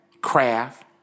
craft